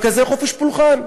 עם כזה חופש פולחן.